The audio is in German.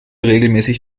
regelmäßig